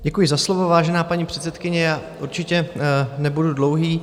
Děkuji za slovo, vážená paní předsedkyně, já určitě nebudu dlouhý.